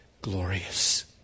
glorious